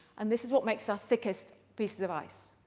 and this is what makes our thickest pieces of ice.